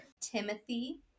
Timothy